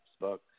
books